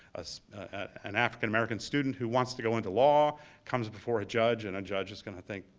ah so an african american student who wants to go into law comes before a judge and a judge is going to think,